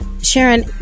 Sharon